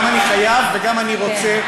גם אני חייב וגם אני רוצה,